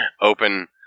open